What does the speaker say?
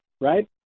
right